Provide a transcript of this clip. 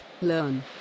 learn